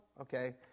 okay